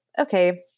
okay